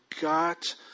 got